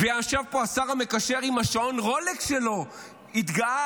ישב פה השר המקשר עם השעון רולקס שלו והתגאה.